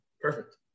Perfect